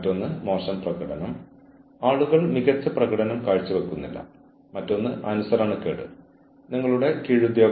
ഈ പുസ്തകങ്ങൾ വളരെ മികച്ചതാണ് അവയ്ക്ക് ചെറിയ കേസലെറ്റുകളും മറ്റും ഉണ്ട്